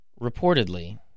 Reportedly